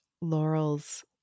Laurel's